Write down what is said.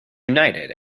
united